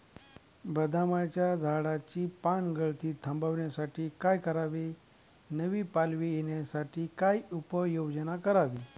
बदामाच्या झाडाची पानगळती थांबवण्यासाठी काय करावे? नवी पालवी येण्यासाठी काय उपाययोजना करावी?